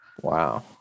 Wow